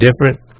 different